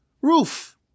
roof